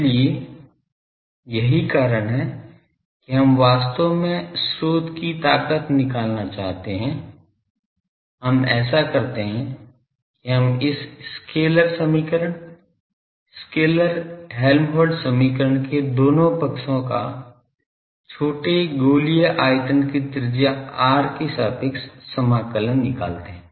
इसलिए यही कारण है कि हम वास्तव में स्रोत की ताकत निकालना चाहते हैं हम ऐसा करते हैं कि हम इस स्केलर समीकरण स्केलर हेल्महोल्त्ज़ समीकरण के दोनों पक्षों का छोटे गोलीय आयतन की त्रिज्या r के सापेक्ष समाकलन निकालते हैं